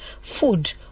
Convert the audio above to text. food